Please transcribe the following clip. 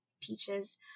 Peaches